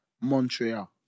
Montreal